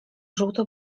żółto